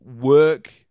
work